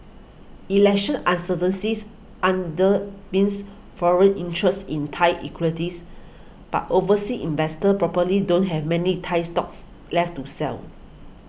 election undermines foreign interest in Thai equities but overseas investors probably don't have many Thai stocks left to sell